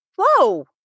Whoa